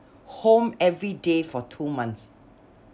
home every day for two months